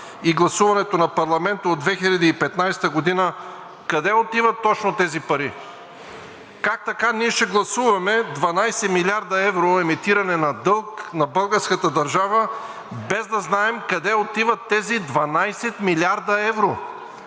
и гласуването на парламента от 2015 г. – къде отиват точно тези пари? Как така ние ще гласуваме 12 млрд. евро емитиране на дълга на българската държава, без да знаем къде отиват тези 12 млрд. евро?!